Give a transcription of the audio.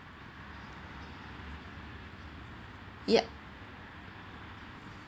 yup